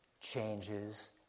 changes